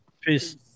Peace